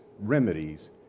remedies